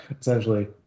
Essentially